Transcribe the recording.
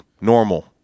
normal